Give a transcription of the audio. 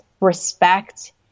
respect